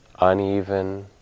uneven